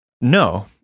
No